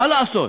מה לעשות?